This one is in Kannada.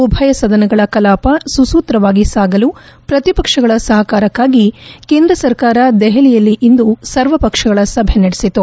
ಉಭಯ ಸದನಗಳ ಕಲಾಪ ಸುಸೂತ್ರವಾಗಿ ಸಾಗಲು ಪ್ರತಿಪಕ್ಷಗಳ ಸಹಕಾರಕ್ಕಾಗಿ ಕೇಂದ್ರ ಸರ್ಕಾರ ದೆಹಲಿಯಲ್ಲಿ ಇಂದು ಸರ್ವ ಪಕ್ಷಗಳ ಸಭೆ ನಡೆಸಿತು